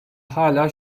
hala